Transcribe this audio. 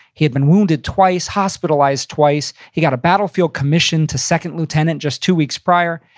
he had been wounded twice, hospitalized twice. he got a battlefield commission to second lieutenant just two weeks prior.